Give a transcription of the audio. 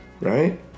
right